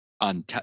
on